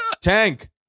Tank